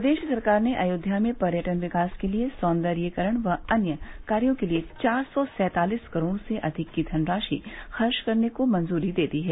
प्रदेश सरकार ने अयोध्या में पर्यटन विकास के लिए सौन्दर्यीकरण व अन्य कार्यो के लिए चार सौ सैंतालिस करोड़ से अधिक की धनराशि खर्च करने को मंजूरी दे दी है